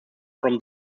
from